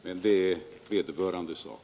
Men det är vederbörandes sak.